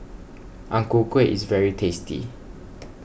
Ang Ku Kueh is very tasty